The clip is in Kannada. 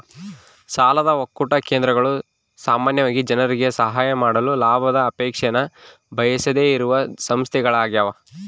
ಸಾಲ ಒಕ್ಕೂಟ ಕೇಂದ್ರಗಳು ಸಾಮಾನ್ಯವಾಗಿ ಜನರಿಗೆ ಸಹಾಯ ಮಾಡಲು ಲಾಭದ ಅಪೇಕ್ಷೆನ ಬಯಸದೆಯಿರುವ ಸಂಸ್ಥೆಗಳ್ಯಾಗವ